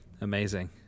amazing